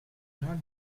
not